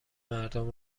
مردم